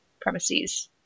Premises